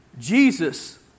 Jesus